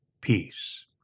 peace